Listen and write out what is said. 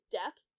depth